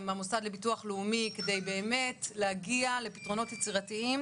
עם המוסד לביטוח לאומי כדי באמת להגיע לפתרונות יצירתיים